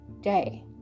day